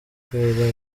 kwera